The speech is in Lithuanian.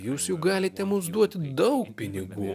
jūs juk galite mums duoti daug pinigų